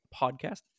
podcast